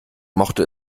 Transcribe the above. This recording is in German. mochte